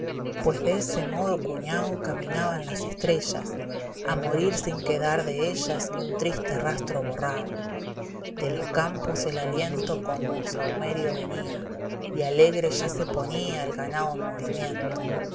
pues de ese modo cuñao caminaban las estrellas a morir sin quedar de ellas ni un triste rastro borrao de los campos el aliento como sahumerio venía y alegre ya se ponía el ganao en movimiento